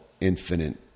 infinite